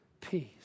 peace